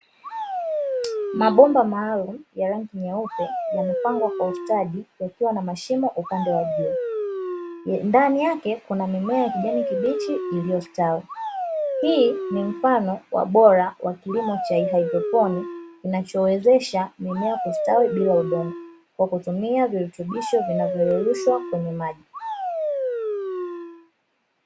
Mabomba maalumu ya rangi nyeupe yamepangwa kwa ustadi yakiwa na mashimo kwa upande wa juu ndani yake kuna mimea ya kijani kibichi iliyostawi hii ni mfano bora wa kilimo cha haidroponi kinachowezesha mipira kustawi bila udongo kwa kutumia virutubisho vinavyoyeyushwa kwenye maji.